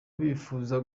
bifuza